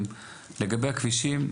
לגבי הכבישים,